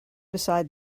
beside